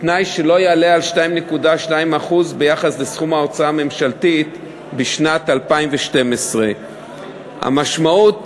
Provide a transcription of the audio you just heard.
בתנאי שלא יעלה על 2.2% ביחס לסכום ההוצאה הממשלתית בשנת 2012. המשמעות